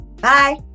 Bye